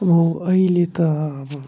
अब अहिले त अब